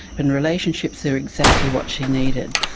and relationships are exactly what she needed.